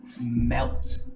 melt